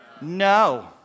No